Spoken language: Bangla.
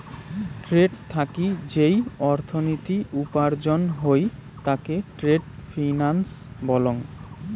ট্রেড থাকি যেই অর্থনীতি উপার্জন হই তাকে ট্রেড ফিন্যান্স বলং